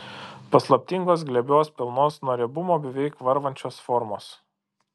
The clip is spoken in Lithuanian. paslaptingos glebios pilnos nuo riebumo beveik varvančios formos